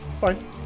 Fine